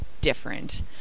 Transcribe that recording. different